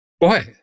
boy